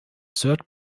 third